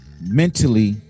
mentally